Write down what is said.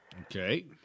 Okay